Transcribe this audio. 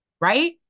right